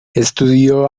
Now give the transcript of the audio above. estudió